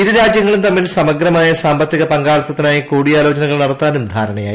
ഇരുരാജ്യങ്ങളും തമ്മിൽ സമഗ്രമായ സാമ്പത്തിക പങ്കാളിത്തത്തിനായി കൂടിയാലോചന കൾ നടത്താനും ധാരണയായി